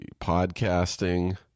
podcasting